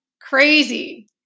crazy